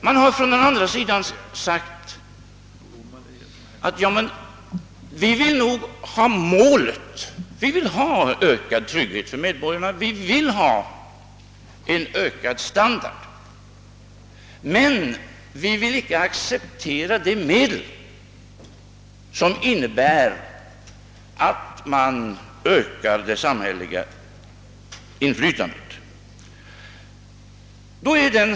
På den borgerliga sidan har ni då sagt: Vi vill ökad trygghet för medborgarna, och vi vill medverka till höjd levnadsstandard, men vi vill inte acceptera några medel, som innebär att det samhälleliga inflytandet ökar.